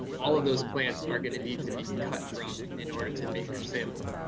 all of those plants are gonna need to be cut from in order to make your sample.